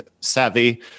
savvy